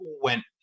went